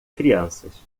crianças